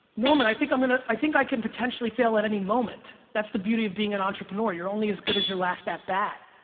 norman i think i'm gonna i think i can potentially fail at any moment that's the beauty of being an entrepreneur. you're only as good as your last at-bat